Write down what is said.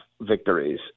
victories